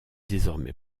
désormais